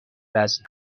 وزن